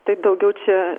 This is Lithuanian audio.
tai daugiau čia